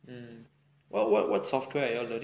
err what what what software I already